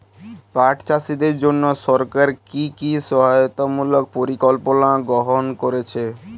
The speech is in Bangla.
পাট চাষীদের জন্য সরকার কি কি সহায়তামূলক পরিকল্পনা গ্রহণ করেছে?